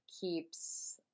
keeps